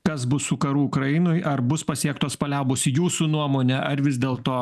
kas bus su karu ukrainoj ar bus pasiektos paliaubos jūsų nuomone ar vis dėlto